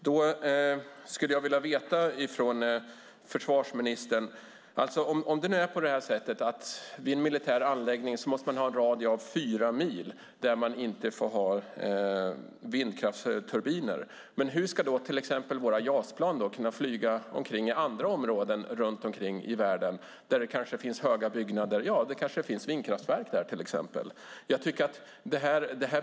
Då skulle jag vilja fråga försvarsministern: Om man vid en militär anläggning måste ha en radie på 4 mil där det inte får finnas vindkraftsturbiner, hur ska då våra JAS-plan kunna flyga omkring i andra områdena runt omkring i världen där det finns höga byggnader och kanske vindkraftverk?